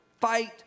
Fight